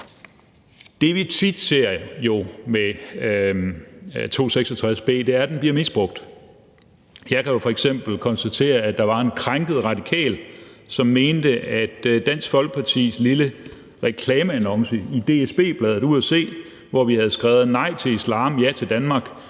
Det, vi jo tit ser med § 266 b, er, at den bliver misbrugt. Jeg kan jo f.eks. konstatere, at der var en krænket radikal, som mente, at Dansk Folkepartis lille reklame – en annonce i DSB-bladet Ud & Se, hvor vi havde skrevet nej til islam, ja til Danmark